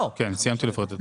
כן, סיימתי לפרט את הצעדים.